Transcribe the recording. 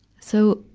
so,